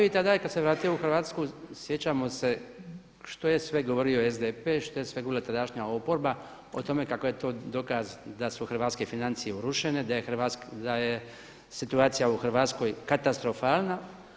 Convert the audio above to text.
I tada je kad se vratio u Hrvatsku sjećamo se što je sve govorio SDP, što je sve govorila tadašnja oporba o tome kako je to dokaz da su hrvatske financije urušene, da je situacija u Hrvatskoj katastrofalna.